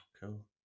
cool